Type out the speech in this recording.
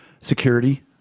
security